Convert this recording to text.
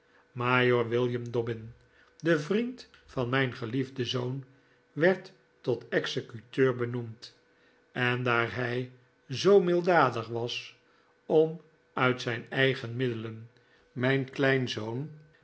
majoor william dobbin de vriend van mijn geliefden zoon werd tot executeur benoemd en daar hij zoo milddadig was o m uit zijn eigen middelen mijn kleinzoon